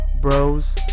bros